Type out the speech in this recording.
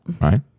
right